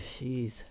Jeez